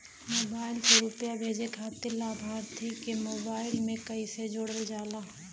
Mobile से रूपया भेजे खातिर लाभार्थी के मोबाइल मे कईसे जोड़ल जाला?